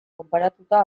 konparatuta